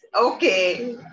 okay